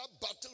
battle